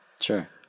sure